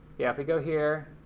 yeah, if we go here,